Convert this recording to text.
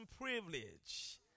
privilege